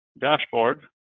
dashboard